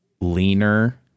leaner